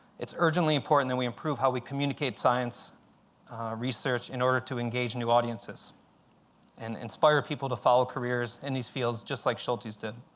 it's urgently important that we improve how we communicate science research in order to engage new audiences and inspire people to follow careers in these fields, just like schultes did.